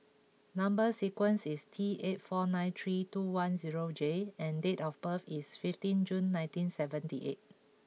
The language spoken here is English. number sequence is T eight four nine three two one zero J and date of birth is fifteen June nineteen seventy eight